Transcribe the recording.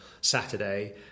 Saturday